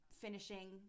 finishing